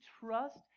trust